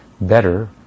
better